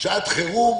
שעת חירום,